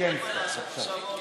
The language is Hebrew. חברת הכנסת סתיו.